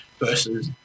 versus